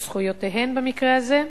או זכויותיהן, במקרה הזה.